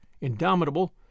indomitable